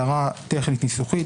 הערה טכנית-ניסוחית.